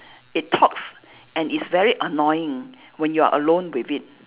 it talks and it's very annoying when you are alone with it